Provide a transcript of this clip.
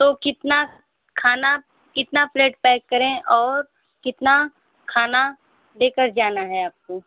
तो कितना खाना कितना प्लेट पैक करें और कितना खाना लेकर जाना है आपको